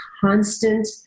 constant